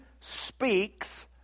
speaks